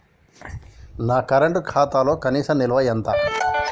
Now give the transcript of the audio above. నా కరెంట్ ఖాతాలో కనీస నిల్వ ఎంత?